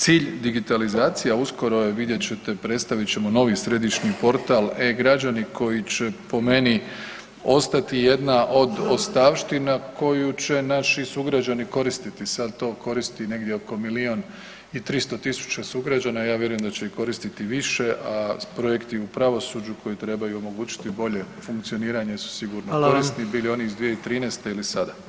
Cilj digitalizacija uskoro je, vidjet ćete predstavit ćemo novi središnji portal e-građani koji će po meni ostati jedna od ostavština koju će naši sugrađani koristiti, sad to koristi negdje oko milijun i 300 tisuća sugrađana, ja vjerujem da će ih koristiti i više, a projekti u pravosuđu koji trebaju omogućiti bolje funkcioniranje su sigurno koristi, bilo oni iz 2013. ili sada.